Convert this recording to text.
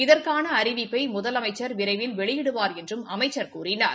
இதற்கான அறிவிப்பை முதலமைச்ச் விரைவில் வெளியிடுவார் என்றும் அமைச்ச் கூறினார்